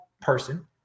person